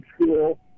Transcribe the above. school